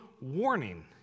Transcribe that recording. warning